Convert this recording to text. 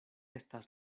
estas